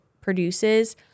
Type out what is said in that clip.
produces